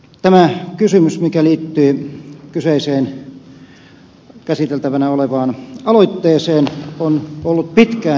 tämä kysymys mikä liittyy käsiteltävänä olevaan aloitteeseen on ollut pitkään esillä